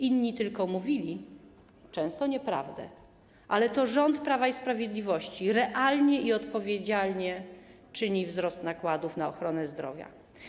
Inni tylko mówili - często nieprawdę - ale to rząd Prawa i Sprawiedliwości realnie i odpowiedzialnie powoduje wzrost nakładów na ochronę zdrowia.